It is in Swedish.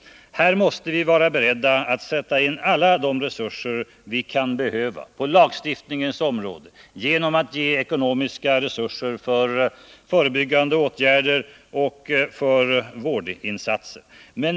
Här måste vi vara beredda att sätta in alla resurser som kan behövas på lagstiftningsområdet och att ge ekonomiska resurser till förebyggande åtgärder och till vårdinsatser.